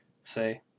say